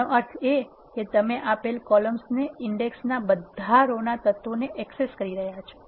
આનો અર્થ એ કે તમે આપેલ કોલમ્સ ઇન્ડેક્ષ ના બધા રો ના તત્વોને એક્સેસ કરી રહ્યાં છો